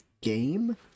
game